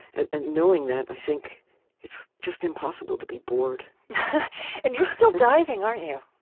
and and knowing that, i think it's just impossible to be bored and you're still diving, aren't you?